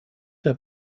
der